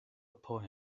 upon